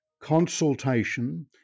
consultation